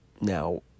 Now